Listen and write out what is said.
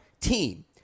team